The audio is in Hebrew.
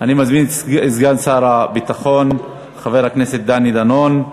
אני מזמין את סגן שר הביטחון, חבר הכנסת דני דנון,